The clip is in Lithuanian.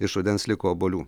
iš rudens liko obuolių